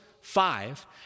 five